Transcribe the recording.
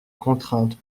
contrainte